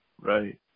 Right